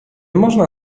można